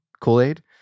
kool-aid